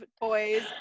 toys